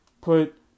put